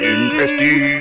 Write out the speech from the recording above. Interesting